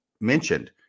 mentioned